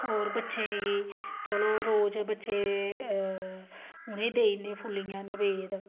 होर बच्चें गी चलो रोज बच्चे उ'नें गी देई ओड़दे फुल्लियां नवेद